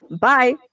Bye